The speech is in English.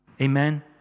Amen